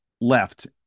left